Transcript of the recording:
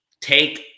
take